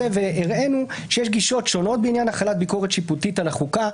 והראינו שיש גישות שונות בעניין החלת ביקורת שיפוטית על החוקה.